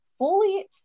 fully